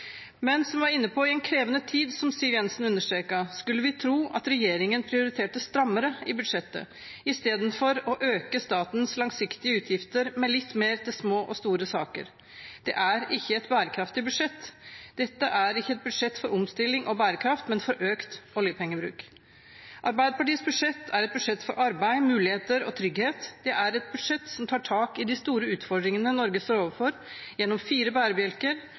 Men som jeg var inne på, i en krevende tid, som Siv Jensen understreket, skulle vi tro at regjeringen prioriterte strammere i budsjettet istedenfor å øke statens langsiktige utgifter med litt mer til små og store saker. Det er ikke et bærekraftig budsjett. Dette er ikke et budsjett for omstilling og bærekraft, men for økt oljepengebruk. Arbeiderpartiets budsjett er et budsjett for arbeid, muligheter og trygghet. Det er et budsjett som tar tak i de store utfordringene Norge står overfor, gjennom fire bærebjelker: